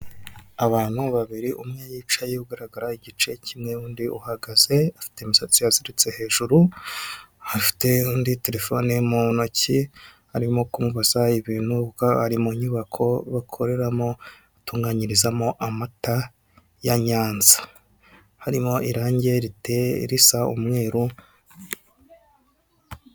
Abantu babiri umwe yicaye ugaragara igice kimwe undi uhagaze afite imisatsi yaturitse hejuru afite indi telefone mu ntoki arimo kumumbaza ibintu ubwo ari mu nyubako bakoreramo atunganyirizamo amata ya nyanza, harimo irangi risa umweru.